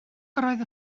roedd